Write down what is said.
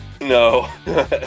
No